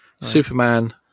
Superman